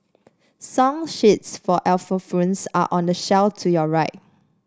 song sheets for xylophones are on the shelf to your right